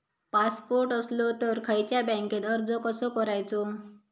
Passport असलो तर खयच्या बँकेत अर्ज कसो करायचो?